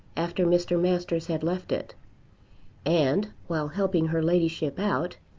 after mr. masters had left it and, while helping her ladyship out,